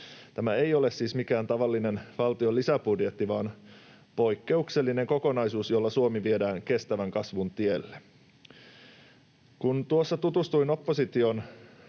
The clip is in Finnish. Tämä ei ole siis mikään tavallinen valtion lisäbudjetti, vaan poikkeuksellinen kokonaisuus, jolla Suomi viedään kestävän kasvun tielle. Kun tutustuin opposition